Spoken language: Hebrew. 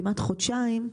כמעט חודשיים,